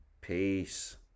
Peace